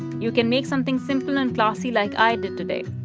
you can make something simple and classy like i did today.